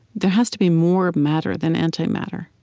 there has to be more matter than anti-matter.